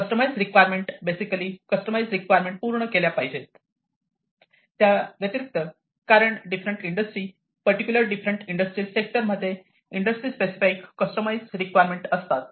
customise requirement basically customise requirement पूर्ण केल्या पाहिजेत त्याव्यतिरिक्त कारण different industry particular different industrial sector मध्ये इंडस्ट्री स्पेसिफिक कस्टमाईज रिक्वायरमेंट असतात